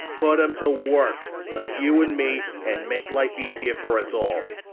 put em to work, like you and me, and make life easier for us all!